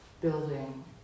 building